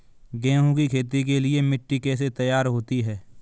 गेहूँ की खेती के लिए मिट्टी कैसे तैयार होती है?